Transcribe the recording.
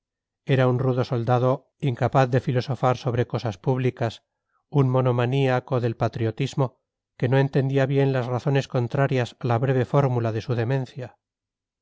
era un rudo soldado incapaz de filosofar sobre cosas públicas un monomaniaco del patriotismo que no entendía bien las razones contrarias a la breve fórmula de su demencia